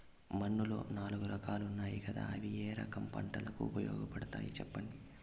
మన్నులో నాలుగు రకాలు ఉన్నాయి కదా అవి ఏ రకం పంటలకు ఉపయోగపడతాయి చెప్పండి?